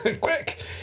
Quick